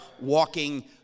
walking